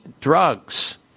drugs